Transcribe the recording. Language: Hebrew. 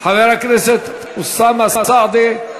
חבר הכנסת אוסאמה סעדי,